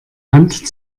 hand